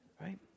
Right